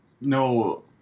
no